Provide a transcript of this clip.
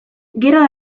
gero